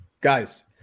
guys